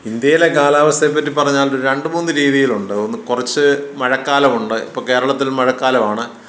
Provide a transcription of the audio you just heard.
ഇന്ത്യയിലെ കാലാവസ്ഥയെ പറ്റി പറഞ്ഞാൽ രണ്ടുമൂന്ന് രീതിയിലുണ്ട് ഒന്ന് കുറച്ച് മഴക്കാലമുണ്ട് ഇപ്പോൾ കേരളത്തിൽ മഴക്കാലമാണ്